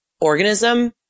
organism